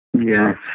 Yes